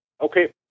Okay